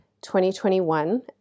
2021